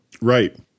Right